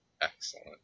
Excellent